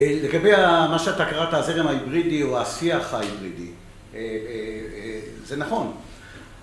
‫לגבי מה שאתה קראת, ‫הזרם ההיברידי או השיח ההיברידי. ‫זה נכון.